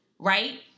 Right